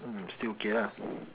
still okay lah